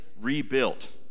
rebuilt